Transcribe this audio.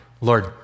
Lord